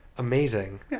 Amazing